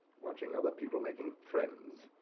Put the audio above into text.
watching other people making friends.